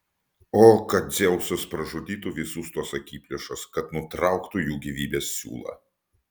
o kad dzeusas pražudytų visus tuos akiplėšas kad nutrauktų jų gyvybės siūlą